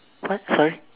what sorry